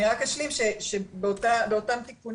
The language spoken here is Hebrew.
אני רק ישלים שבאותם תיקונים,